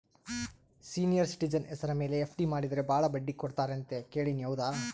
Senior citizen ಹೆಸರ ಮೇಲೆ FD ಮಾಡಿದರೆ ಬಹಳ ಬಡ್ಡಿ ಕೊಡ್ತಾರೆ ಅಂತಾ ಕೇಳಿನಿ ಹೌದಾ?